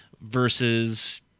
versus